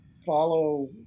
follow